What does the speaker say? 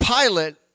Pilate